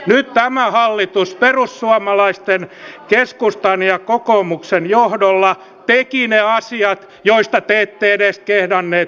nyt tämä hallitus perussuomalaisten keskustan ja kokoomuksen johdolla teki ne asiat joista te ette edes kehdanneet puhua